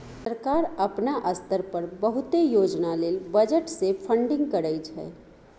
सरकार अपना स्तर पर बहुते योजना लेल बजट से फंडिंग करइ छइ